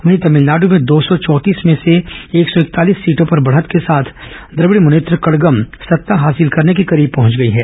वहीं तमिलनाडु में दो सौ चौंतीस में से एक सौ इकतालीस सीटों पर बढ़त के साथ द्रविड़ मुनेत्र कड़गम सत्ता हासिल करने की करीब पहुंच गइ है